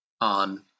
on